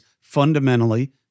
fundamentally